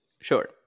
sure